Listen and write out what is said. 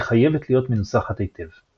היא חייבת להיות מנוסחת היטב.